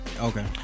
Okay